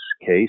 case